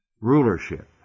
rulership